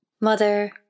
Mother